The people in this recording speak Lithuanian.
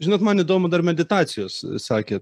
žinot man įdomu dar meditacijos sakė